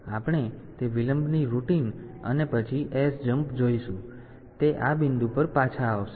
તેથી આપણે તે વિલંબની રૂટીન અને પછી SJMP જોઈશું જો તે આ બિંદુ પર પાછા આવશે